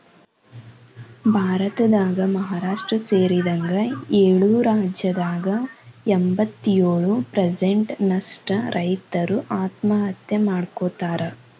ಭಾರತದಾಗ ಮಹಾರಾಷ್ಟ್ರ ಸೇರಿದಂಗ ಏಳು ರಾಜ್ಯದಾಗ ಎಂಬತ್ತಯೊಳು ಪ್ರಸೆಂಟ್ ನಷ್ಟ ರೈತರು ಆತ್ಮಹತ್ಯೆ ಮಾಡ್ಕೋತಾರ